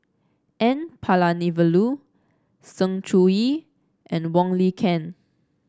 N Palanivelu Sng Choon Yee and Wong Lin Ken